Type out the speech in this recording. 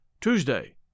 Tuesday